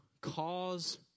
cause